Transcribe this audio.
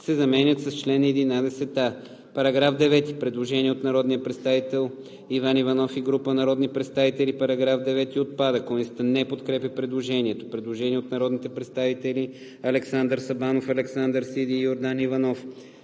се заменят с „чл. 11а“.“ По § 9 има предложение на народния представител Иван Иванов и група народни представители: „Параграф 9 – отпада“. Комисията не подкрепя предложението. Предложение на народните представители Александър Сабанов, Александър Сиди и Йордан Йорданов.